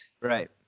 Right